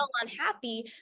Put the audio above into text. unhappy